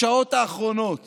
בשעות האחרונות